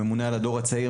הממונה על הדור הצעיר,